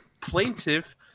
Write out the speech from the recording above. plaintiff